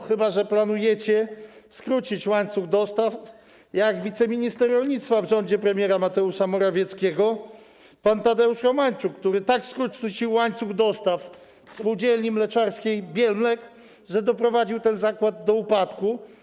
Chyba że planujecie skrócić łańcuchy dostaw, tak jak zrobił to wiceminister rolnictwa w rządzie premiera Mateusza Morawieckiego pan Tadeusz Romańczuk, który tak skrócił łańcuch dostaw Spółdzielni Mleczarskiej Bielmlek, że doprowadził ją do upadku.